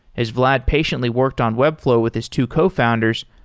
as vlad patiently worked on webflow with his two cofounders,